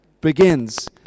begins